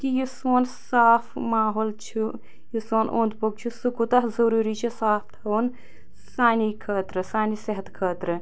کہِ یُس سون صاف ماحول چھُ یُس سون اوٚند پوٚک چھُ سُہ کوتاہ ضروٗری چھُ صاف تھاوُن سانیٚے خٲطرٕ سانہِ صحتہ خٲطرٕ